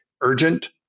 urgent